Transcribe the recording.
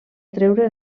treure